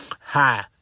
hi